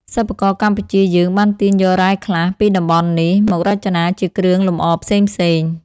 សិប្បករកម្ពុជាយើង បានទាញយករ៉ែខ្លះ ពីតំបន់នេះ មករចនាជាគ្រឿងលំអផ្សេងៗ។